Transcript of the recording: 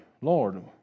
Lord